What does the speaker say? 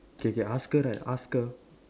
K K ask her right ask her